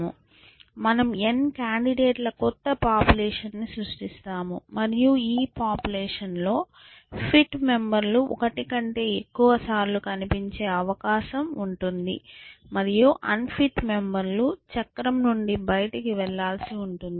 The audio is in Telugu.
మనము n కాండిడేట్ ల క్రొత్త పాపులేషన్ ని సృష్టిస్తాము మరియు ఈ పాపులేషన్ లో ఫిట్ మెంబర్ లు ఒకటి కంటే ఎక్కువసార్లు కనిపించే అవకాశం ఉంటుంది మరియు అన్ఫిట్ మెంబెర్లు చక్రం నుండి బయటికి వెళ్లాల్సి ఉంటుంది